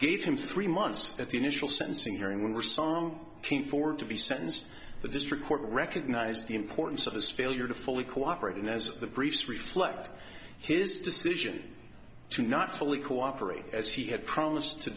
gave him three months at the initial sentencing hearing which came forward to be sentenced the district court recognized the importance of his failure to fully cooperate and as the briefs reflect his decision to not fully cooperate as he had promised to